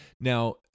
Now